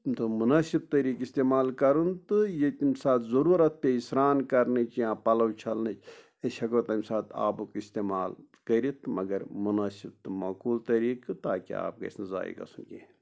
تہٕ مُنٲسب طٔریٖقہٕ اِستعمال کَرُن تہٕ ییٚتہِ مِثال ضروٗرت پییٚہِ سران کرنٕچ یا پلو چھلنٕچ أسۍ ہٮ۪کو تَمہِ ساتہٕ آبُک اِستعمال کٔرِتھ مَگر مُنٲسب تہٕ ماکوٗل طٔریٖقہٕ تاکہِ آب گژھِ نہٕ زایہِ گژھُن کیٚنٛہہ